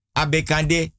abekande